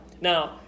Now